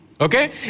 Okay